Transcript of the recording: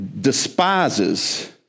despises